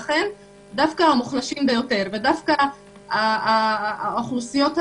לכן דווקא המוחלשים ביותר והאוכלוסיות השקופות,